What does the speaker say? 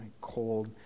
cold